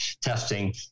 testing